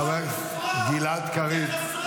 -- פחדנים, שמפחדים מחקר האמת.